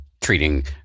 treating